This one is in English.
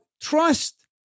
trust